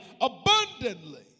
abundantly